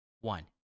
one